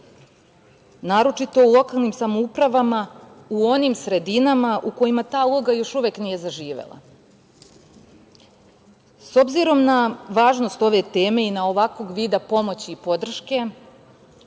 naročito u lokalnim samoupravama u onim sredinama u kojima ta uloga još uvek nije zaživela.S obzirom na važnost ove teme i ovakvog vida pomoći i podrške